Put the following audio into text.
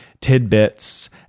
tidbits